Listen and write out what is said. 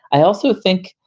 i also think,